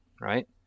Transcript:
right